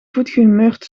goedgehumeurd